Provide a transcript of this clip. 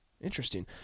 Interesting